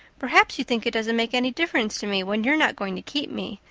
perhaps you think it doesn't make any difference to me when you're not going to keep me,